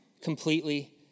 completely